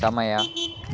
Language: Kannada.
ಸಮಯ